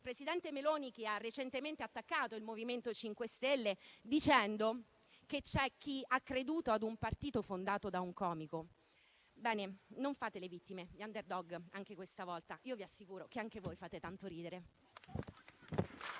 presidente Meloni, che recentemente ha attaccato il MoVimento 5 Stelle dicendo che c'è chi ha creduto al partito fondato da un comico. Bene: non fate le vittime, gli *underdog*. Anche questa volta, vi assicuro che anche voi fate tanto ridere.